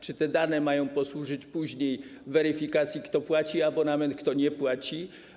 Czy te dane mają posłużyć później weryfikacji, kto płaci abonament, kto nie płaci?